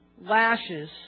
lashes